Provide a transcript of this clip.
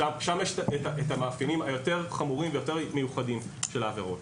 שם יש את המאפיינים היותר חמורים ויותר מיוחדים של העבירות.